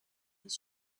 his